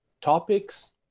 topics